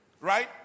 right